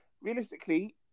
Realistically